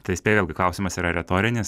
tai spėju klausimas yra retorinis